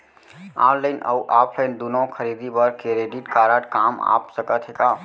Online अऊ offline दूनो खरीदी बर क्रेडिट कारड काम आप सकत हे का?